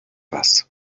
was